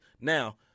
Now